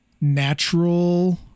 natural